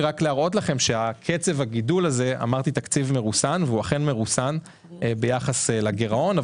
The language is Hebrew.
התקציב אמנם מרוסן ביחס לגירעון,